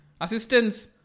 Assistance